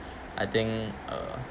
I think uh